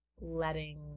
letting